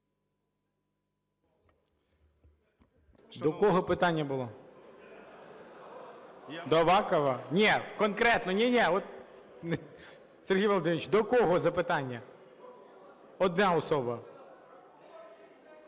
До кого питання було? До Авакова? Ні, конкретно, ні-ні, от… Сергій Володимирович, до кого запитання? Одна особа.